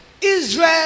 Israel